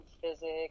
physics